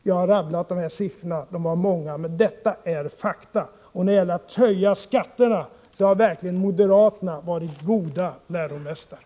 Ja, det är många siffror som jag här har rabblat upp. Men det här är fakta. När det gäller att höja skatterna har moderaterna verkligen varit goda läromästare.